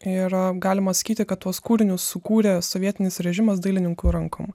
ir a galima sakyti kad tuos kūrinius sukūrė sovietinis režimas dailininkų rankom